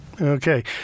Okay